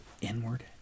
inward